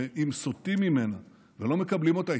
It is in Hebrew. שאם סוטים ממנה ולא מקבלים אותה,